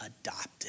adopted